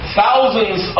thousands